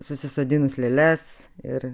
susisodinus lėles ir